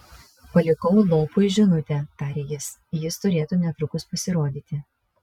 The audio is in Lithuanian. palikau lopui žinutę tarė jis jis turėtų netrukus pasirodyti